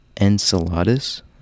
Enceladus